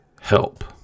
help